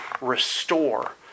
restore